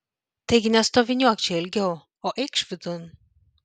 taigi nestoviniuok čia ilgiau o eikš vidun